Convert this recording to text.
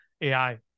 AI